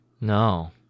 No